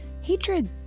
hatred